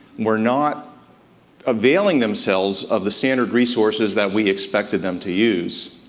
were not availing themselves of the standard resources that we expected them to use.